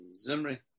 Zimri